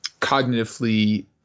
cognitively